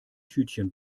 tütchen